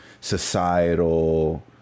societal